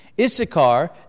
Issachar